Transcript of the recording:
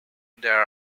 there